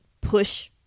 push